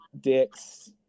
dicks